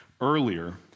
earlier